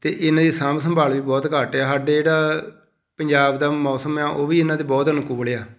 ਅਤੇ ਇਹਨਾਂ ਦੀ ਸਾਂਭ ਸੰਭਾਲ ਵੀ ਬਹੁਤ ਘੱਟ ਆ ਸਾਡੇ ਜਿਹੜਾ ਪੰਜਾਬ ਦਾ ਮੌਸਮ ਆ ਉਹ ਵੀ ਇਹਨਾਂ ਦੇ ਬਹੁਤ ਅਨੁਕੂਲ ਆ